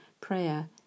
Prayer